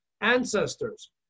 ancestors